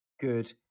good